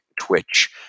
twitch